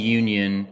union